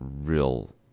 real